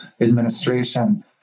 administration